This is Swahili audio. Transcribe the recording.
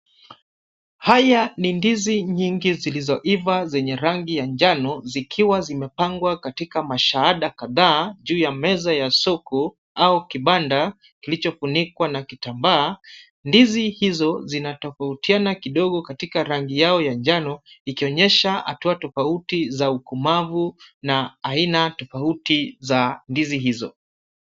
Haya ni ndizi nyingi zilioiva, zenye rangi ya njano, zikiwa zimepangwa katika mashahada kadhaa, juu ya meza ya soko, au kibanda kilichofunikwa na kitambaa. Ndizi hizo zinatofautiana kidogo katika rangi yao ya njano, ikionyesha hatua tofauti za ukomavu na aina tofauti za ndizi hizo.